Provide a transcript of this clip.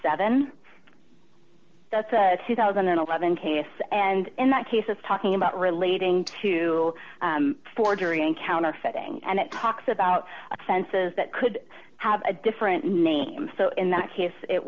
seven that's a two thousand and eleven case and in that case is talking about relating to forgery and counterfeiting and it talks about offenses that could have a different name so in that case it